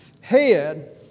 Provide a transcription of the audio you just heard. head